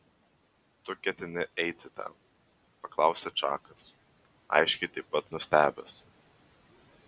tu ketini eiti ten paklausė čakas aiškiai taip pat nustebęs